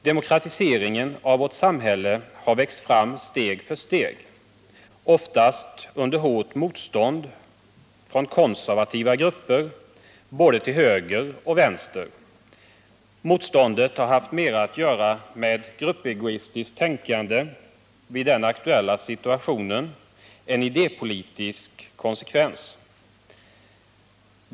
Demokratiseringen av vårt samhälle har växt fram steg för steg, oftast under hårt motstånd från konservativa grupper, både till höger och till vänster. Motståndet har haft mera att göra med gruppegoistiskt tänkande i den aktuella situationen än med idépolitisk konsekvens.